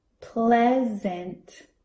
pleasant